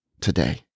today